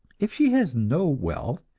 if she has no wealth,